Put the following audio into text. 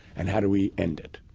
and how do we end it?